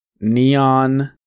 Neon